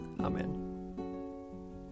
Amen